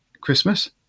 Christmas